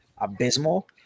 abysmal